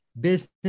business